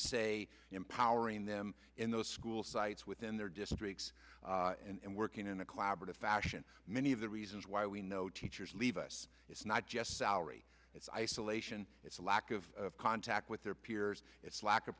say empowering them in the school sites within their districts and working in a collaborative fashion many of the reasons why we know teachers leave us it's not just salary it's isolation it's a lack of contact with their peers it's lack of